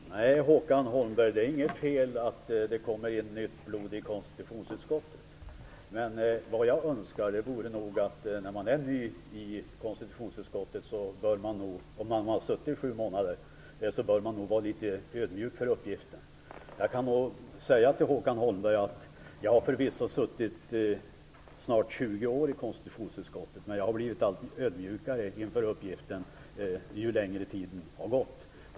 Herr talman! Nej, Håkan Holmberg, det är inte fel att det kommer in nytt blod i konstitutionsutskottet. Men när man är ny i konstitutionsutskottet - om man har suttit där i sju månader - bör man nog vara lite ödmjuk inför uppgiften. Jag har förvisso suttit i snart 20 år i konstitutionsutskottet, men jag har blivit allt ödmjukare inför uppgiften ju längre tid som har gått.